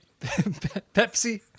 Pepsi